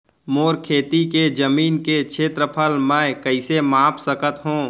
मोर खेती के जमीन के क्षेत्रफल मैं कइसे माप सकत हो?